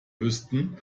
wüssten